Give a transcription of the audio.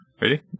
Ready